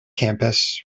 campus